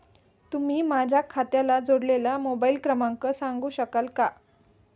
तुम्ही माझ्या खात्याला जोडलेला मोबाइल क्रमांक सांगू शकाल का?